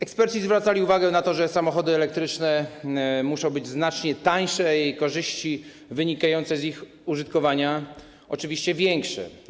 Eksperci zwracali uwagę na to, że samochody elektryczne muszą być znacznie tańsze, a korzyści wynikające z ich użytkowania oczywiście większe.